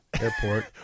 airport